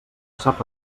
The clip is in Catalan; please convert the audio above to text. sap